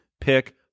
pick